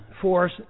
force